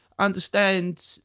Understand